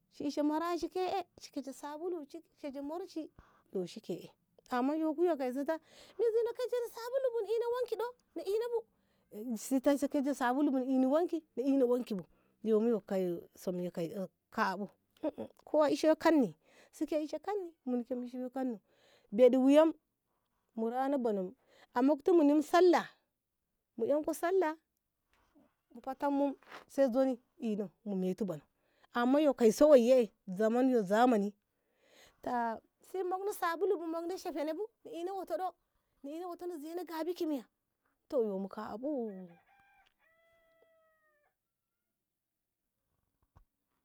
shi ishe mara shi ke en shi koje sabulunshi shije mur shi ɗoshi ke en yoku yo kaiso ta mizino kajetu sabulun bi na ina wanki ɗo na ina bu sita shi gojeto sabulu inni wnki na inni wanki bu yomu yo kaiye kaiye su kabu ohh koye ishe kanni sike ishe kani ninau ke ishe kanau beɗ wuyam mu rana banu a mukti munim sallah mu enko sallah mu fetenmu sai zoni ina mu metu bano amma ye kaiso waye zaman yo zamani ta shi mukno sabulu bi shi mukno shafene bi na ina wato ɗo na ina wato na zanni ki miya to yumu kaibu.